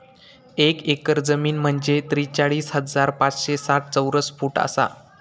एक एकर जमीन म्हंजे त्रेचाळीस हजार पाचशे साठ चौरस फूट आसा